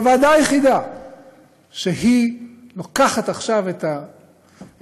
זו הוועדה היחידה שלוקחת עכשיו את האמת,